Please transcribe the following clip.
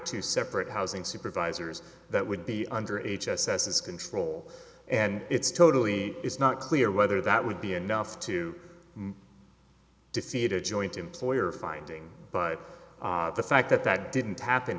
two separate housing supervisors that would be under age assessors control and it's totally it's not clear whether that would be enough to defeat a joint employer finding but the fact that that didn't happen